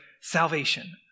salvation